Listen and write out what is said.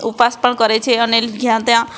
ઉપવાસ પણ કરે છે અને જયાં ત્યાં